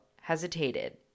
hesitated